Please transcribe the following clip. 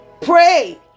Pray